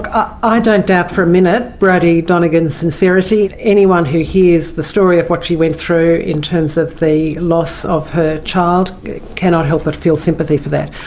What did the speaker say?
i don't doubt for a minute brodie donegan's sincerity. anyone who hears the story of what she went through in terms of the loss of her child cannot help but feel sympathy for that.